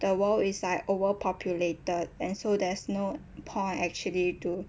the world is like overpopulated and so there's no point actually to